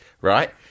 right